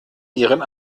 ihren